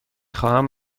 خواهم